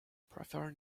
prefer